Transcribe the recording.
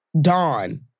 Dawn